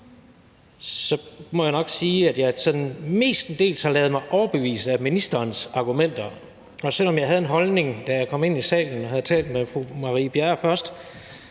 må jeg nok sige, at jeg sådan mestendels har ladet mig overbevise af ministerens argumenter, og selv om jeg havde én holdning, da jeg kom ind i salen og havde talt med fru Marie Bjerre først,